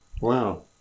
Wow